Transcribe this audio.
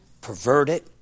perverted